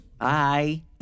Bye